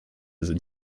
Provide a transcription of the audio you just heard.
into